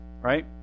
right